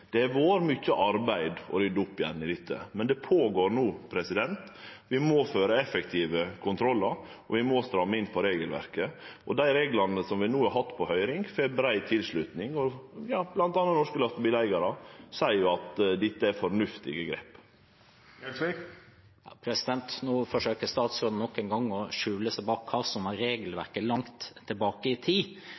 Det går med mykje arbeid for å rydde opp i dette, men det går føre seg no. Vi må føre effektive kontrollar, vi må stramme inn på regelverket, og dei reglane som vi no har hatt på høyring, får brei tilslutning – bl.a. norske lastebileigarar seier at dette er fornuftige grep. Nå forsøker statsråden nok en gang å skjule seg bak hva som var regelverket langt tilbake i tid. Jeg kan innrømme at en tilbake i tid